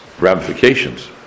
ramifications